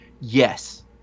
Yes